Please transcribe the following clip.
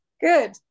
Good